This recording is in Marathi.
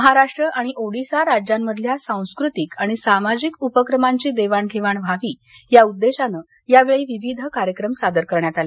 महाराष्ट्र आणि ओदिसा राज्यामधल्या सांस्कृतिक आणि सामाजिक उपक्रमांची देवाणघेवाण व्हावी या उद्देशानं विविध कार्यक्रम घेण्यात आले